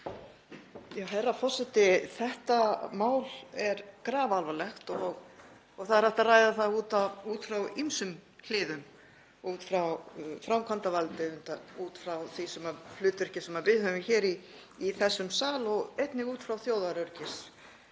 Herra forseti. Þetta mál er grafalvarlegt og það er hægt að ræða það út frá ýmsum hliðum, út frá framkvæmdarvaldi, út frá því hlutverki sem við höfum hér í þessum sal og einnig út frá þjóðaröryggismálum.